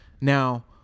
Now